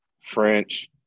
French